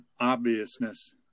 obviousness